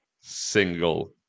single